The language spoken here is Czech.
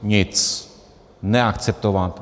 Nic. Neakceptováno.